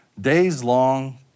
days-long